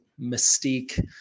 mystique